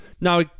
Now